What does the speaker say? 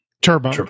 Turbo